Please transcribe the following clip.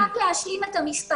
אני מבקשת רק להשלים את המשפט.